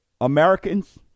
americans